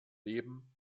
leben